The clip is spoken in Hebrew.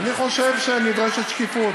אני חושב שנדרשת שקיפות.